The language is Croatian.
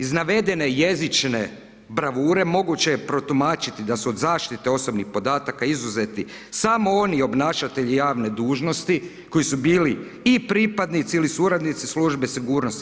Iz navedene jezične bravure moguće je protumačiti da su od zaštite osobnih podataka izuzeti samo oni obnašatelji javne dužnosti koji su bili i pripadnici ili suradnici službe sigurnosti.